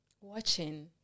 watching